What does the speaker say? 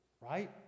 right